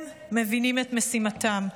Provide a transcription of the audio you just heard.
הם מבינים את משימתם.